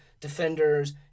defenders